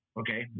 okay